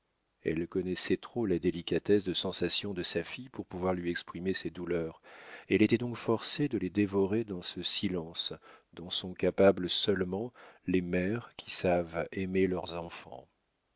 elle connaissait trop la délicatesse de sensation de sa fille pour pouvoir lui exprimer ses douleurs elle était donc forcée de les dévorer dans ce silence dont sont capables seulement les mères qui savent aimer leurs enfants